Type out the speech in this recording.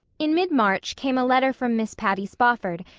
in mid-march came a letter from miss patty spofford,